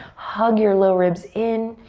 hug your low ribs in.